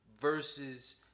versus